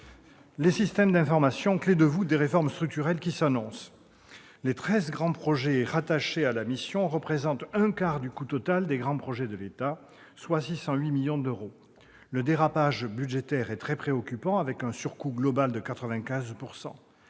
des systèmes d'information, clé de voûte des réformes structurelles qui s'annoncent. Les treize grands projets rattachés à la mission représentent un quart du coût total des grands projets de l'État, soit 608 millions d'euros. Le dérapage budgétaire est très préoccupant, avec un surcoût global de 95 %.